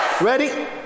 Ready